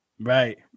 Right